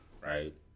Right